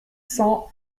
cent